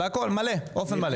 כולל הכול, באופן מלא?